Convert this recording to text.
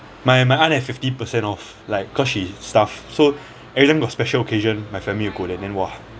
my my aunt have fifty percent off like cause she's staff so every time got special occasion my family will go there and then !wah!